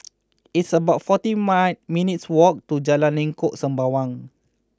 It's about forty nine minutes' walk to Jalan Lengkok Sembawang